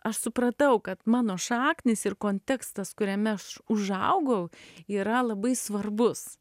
aš supratau kad mano šaknys ir kontekstas kuriame aš užaugau yra labai svarbus